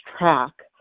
track